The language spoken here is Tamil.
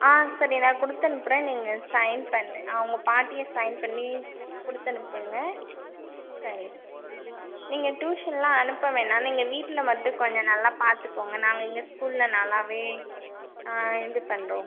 ஆ சரி நான் கொடுத்து அனுப்புகிறேன் நீங்கள் சைன் பண்ணு அவங்க பாட்டியை சைன் பண்ணி கொடுத்து அனுப்புங்கள் சரி நீங்கள் டூஷனெலாம் அனுப்ப வேணாம் நீங்கள் வீட்டில் மட்டும் கொஞ்சம் நல்லா பார்த்துக்கோங்க நாங்கள் இங்கே ஸ்கூலில் நல்லாவே இது பண்ணுறோம்